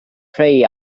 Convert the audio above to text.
prey